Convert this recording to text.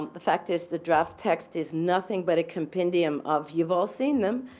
um the fact is the draft text is nothing but a compendium of you've all seen them.